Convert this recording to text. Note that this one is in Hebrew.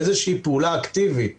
לאיזו פעולה אקטיבית